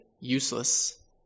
useless